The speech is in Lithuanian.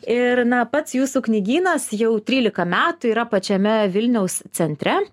ir na pats jūsų knygynas jau trylika metų yra pačiame vilniaus centre